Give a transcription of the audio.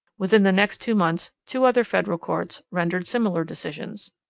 within the next two months two other federal courts rendered similar decisions.